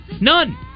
None